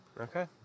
Okay